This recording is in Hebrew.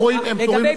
הם פטורים לפי חוק אחר.